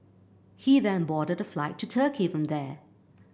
he then boarded a flight to Turkey from there